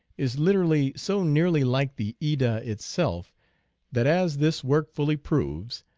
is literally so nearly like the edda itself that, as this work fully proves,